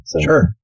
Sure